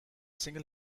single